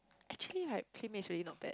actually right PlayMade is really not bad